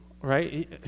right